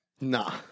Nah